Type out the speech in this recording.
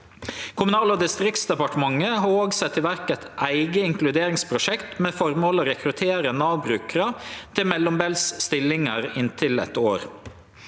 Kommunal- og distriktsdepartementet har òg sett i verk eit eige inkluderingsprosjekt med formål å rekruttere Nav-brukarar til mellombelse stillingar i inntil eitt år.